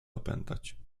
opętać